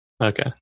Okay